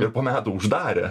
ir po metų uždarė